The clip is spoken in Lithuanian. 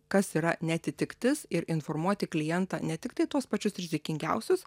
kas yra neatitiktis ir informuoti klientą ne tiktai tuos pačius rizikingiausius